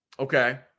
Okay